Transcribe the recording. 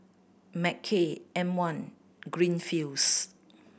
Mackay M One Greenfields